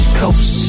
coast